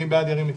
מי בעד ירים את